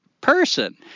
person